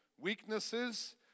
weaknesses